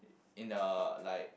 in uh like